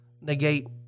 negate